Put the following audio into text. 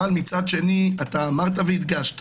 אבל מצד שני, אמרת והדגשת